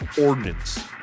ordnance